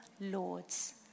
lords